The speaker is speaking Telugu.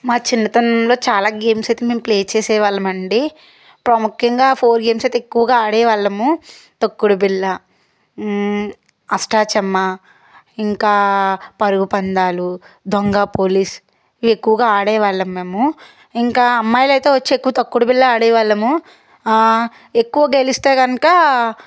మా చిన్నతనంలో చాలా గేమ్స్ అయితే మేము ప్లే చేసేవాళ్ళం అండి ప్రాముఖ్యంగా ఫోర్ గేమ్స్ అయితే ఎక్కువగా ఆడే వాళ్ళము తొక్కుడు బిళ్ళ అష్టా చమ్మా ఇంకా పరుగు పందాలు దొంగ పోలీస్ ఇవి ఎక్కువగా ఆడే వాళ్ళం మేము ఇంకా అమ్మాయిలైతే వచ్చి ఎక్కువ తొక్కుడు బిళ్ళ ఆడే వాళ్ళము ఎక్కువ గెలిస్తే కనుక